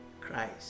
Christ